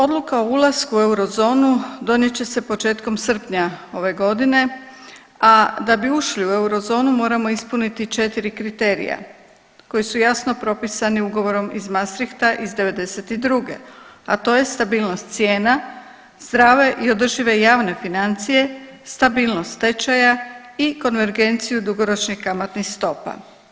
Odluka o ulasku u Eurozonu donijet će se početkom srpnja ove godine, a da bi ušli u Eurozonu, moramo ispuniti 4 kriterija koja su jasno propisani Ugovorom iz Maastrichta iz '92., a to je stabilnost cijena, zdrave i održive javne financije, stabilnost tečaja i konvergenciju dugoročnih kamatnih stopa.